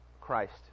Christ